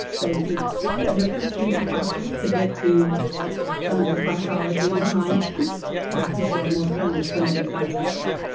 so they're kind of sneaky questions to get to some of the psychology behind why people are more prone to some of these types of rest.